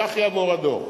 כך יעבור הדוח.